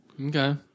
Okay